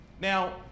Now